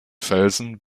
felsen